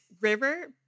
River